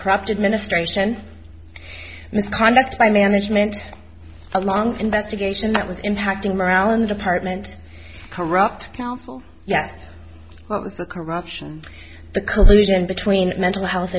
corrupt administration misconduct by management a long investigation that was impacting morale in the department corrupt counsel yes what was the corruption the collusion between mental health